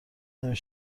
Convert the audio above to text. نمی